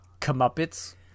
Comeuppets